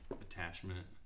Attachment